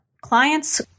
clients